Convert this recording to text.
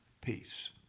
peace